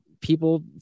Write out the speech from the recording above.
people